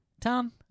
tom